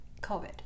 COVID